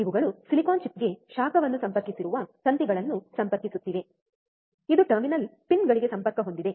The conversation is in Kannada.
ಇವುಗಳು ಸಿಲಿಕಾನ್ ಚಿಪ್ಗೆ ಶಾಖವನ್ನು ಸಂಪರ್ಕಿಸಿರುವ ತಂತಿಗಳನ್ನು ಸಂಪರ್ಕಿಸುತ್ತಿವೆ ಇದು ಟರ್ಮಿನಲ್ ಪಿನ್ಗಳಿಗೆ ಸಂಪರ್ಕ ಹೊಂದಿದೆ